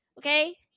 Okay